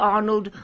Arnold